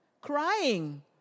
Crying